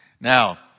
Now